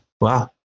Wow